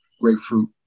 grapefruit